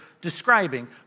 describing